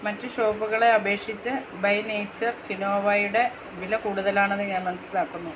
മറ്റ് ഷോപ്പുകളെ അപേക്ഷിച്ച് ബൈ നേച്ചർ കിനോവയുടെ വില കൂടുതലാണെന്നു ഞാൻ മനസ്സിലാക്കുന്നു